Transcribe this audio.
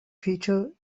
feature